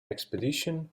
expedition